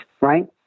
right